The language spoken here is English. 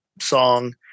song